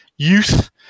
youth